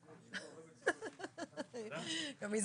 16:20.